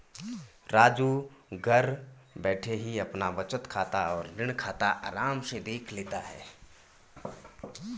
राजू घर बैठे ही अपना बचत खाता और ऋण खाता आराम से देख लेता है